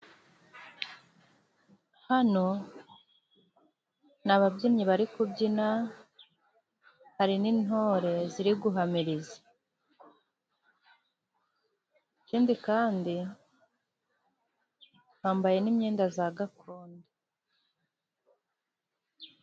Bano ni ababyinnyi bari kubyina, hari n'intore ziri guhamiriza. Ikindi kandi bambaye n'imyenda za gakondo.